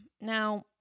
Now